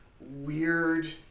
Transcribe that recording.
weird